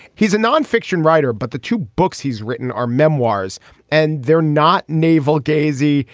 he's a nonfiction writer. but the two books he's written are memoirs and they're not navel gazing.